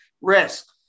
risk